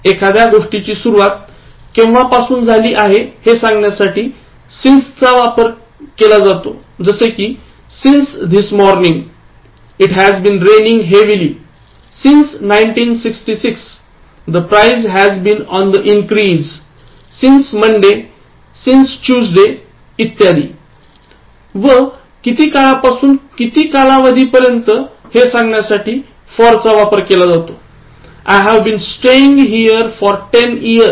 एखाद्या गोष्टीची सुरवात केव्हा पासून झाली हे सांगण्यासाठी सिन्स चा वापर करा जसे कि since this morning it has been raining heavily Since 1966 the price has been on the increase since Monday since Tuesday इत्यादी व किती काळापासून किंवा कालावधीपासून हे सांगण्यासाठी फॉर चा वापर कराI have been staying here for 10 years